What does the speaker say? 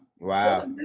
Wow